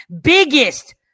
biggest